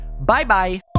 Bye-bye